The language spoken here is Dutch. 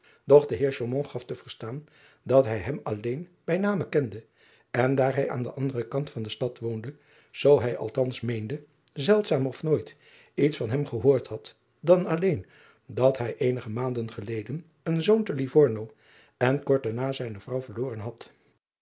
de eer gaf te verstaan dat hij hem alieen bij name kende en daar hij aan den anderen kant van de stad woonde zoo hij althans meende zeldzaam of nooit iets van hem gehoord had dan alleen dat hij eenige maanden geleden een zoon te ivorno en kort daarna zijne vrouw verloren had